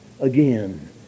again